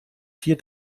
vier